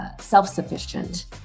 self-sufficient